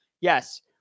yes